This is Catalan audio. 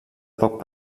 poc